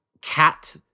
cat